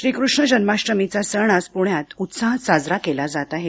श्रीकृष्ण जन्माष्टमीचा सण आज पुण्यात उत्साहात साजरा केला जात आहे